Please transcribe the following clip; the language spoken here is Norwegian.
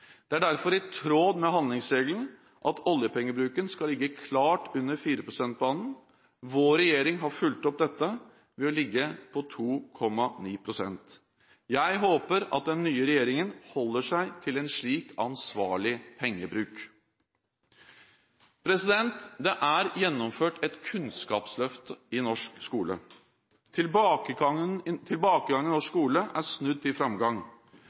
Det er derfor i tråd med handlingsregelen at oljepengebruken skal ligge klart under 4 prosent-banen. Vår regjering har fulgt opp dette ved å ligge på 2,9 pst. Jeg håper at den nye regjeringen holder seg til en slik ansvarlig pengebruk. Det er gjennomført et kunnskapsløft i norsk skole. Tilbakegangen i norsk skole er snudd til framgang.